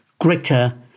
greater